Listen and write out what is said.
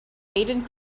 aden